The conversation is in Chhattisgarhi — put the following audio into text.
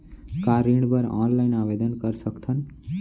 का ऋण बर ऑनलाइन आवेदन कर सकथन?